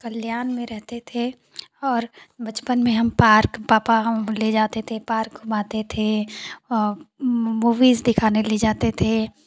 कल्याण में रहते थे और बचपन में हम पार्क पापा ले जाते थे पार्क घुमाते थे मूविज दिखाने ले जाते थे